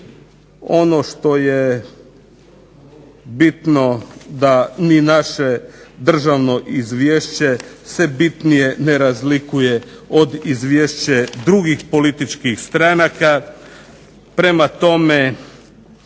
ono što je bitno da ni naše državno izvješće se bitnije ne razlikuje od izvješće drugih političkih stranaka. Prema tome